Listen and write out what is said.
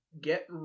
Get